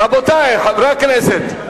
רבותי חברי הכנסת.